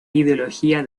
ideología